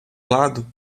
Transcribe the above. lado